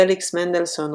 פליקס מנדלסון,